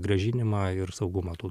grąžinimą ir saugumą tų